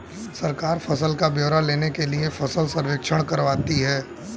सरकार फसल का ब्यौरा लेने के लिए फसल सर्वेक्षण करवाती है